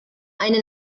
eine